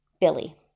Billy